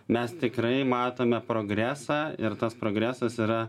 mes tikrai matome progresą ir tas progresas yra